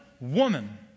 woman